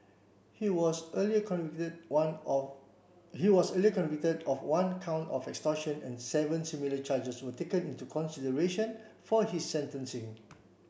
he was earlier convicted one of he was earlier convicted of one count of extortion and seven similar charges were taken into consideration for his sentencing